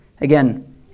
Again